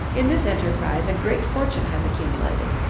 in this enterprise a great fortune has accumulated,